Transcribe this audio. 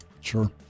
Sure